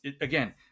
again